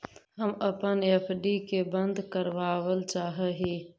हम अपन एफ.डी के बंद करावल चाह ही